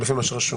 לפי מה שרשום.